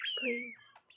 please